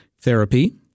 therapy